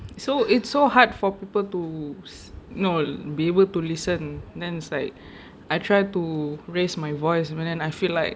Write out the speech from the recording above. so it's so hard for people to no be able to listen then it's like I try to raise my voice but then I feel like